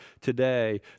today